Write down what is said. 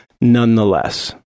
nonetheless